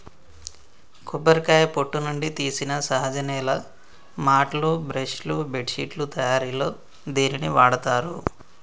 కొబ్బరికాయ పొట్టు నుండి తీసిన సహజ నేల మాట్లు, బ్రష్ లు, బెడ్శిట్లు తయారిలో దీనిని వాడతారు